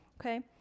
Okay